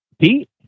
Pete